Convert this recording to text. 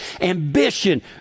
ambition